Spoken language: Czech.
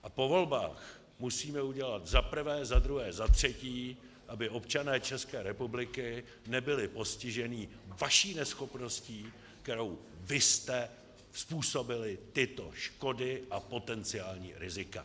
A po volbách musíme udělat zaprvé, zadruhé, zatřetí, aby občané České republiky nebyli postiženi vaší neschopností, kterou vy jste způsobili tyto škody a potenciální rizika!